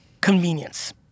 convenience